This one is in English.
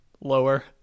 Lower